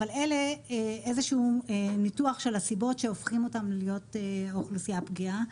אבל אלה איזה שהוא ניתוח של הסיבות שהופכים אותם להיות אוכלוסייה פגיעה.